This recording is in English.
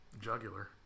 jugular